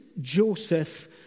Joseph